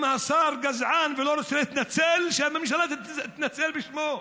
אם השר גזען ולא רוצה להתנצל, שהממשלה תתנצל בשמו.